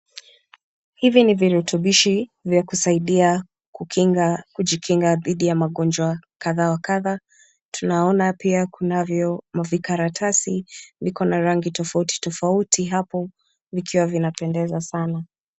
Hivi ni virutubishi vya kusaidia kukinga dhidi ya magonjwa kadha wa kadha tunaona pia kunavyo mavikaratasi viko na rangi tofauti tofauti hapo vikiwa vinapendeza sana.